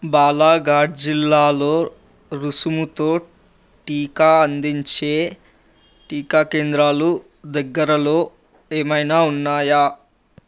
బాలాఘాట్ జిల్లాలో రుసుముతో టీకా అందించే టీకా కేంద్రాలు దగ్గరలో ఏమైనా ఉన్నాయా